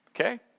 okay